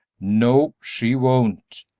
no, she won't,